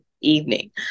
evening